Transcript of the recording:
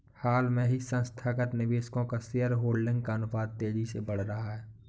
हाल ही में संस्थागत निवेशकों का शेयरहोल्डिंग का अनुपात तेज़ी से बढ़ रहा है